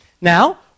Now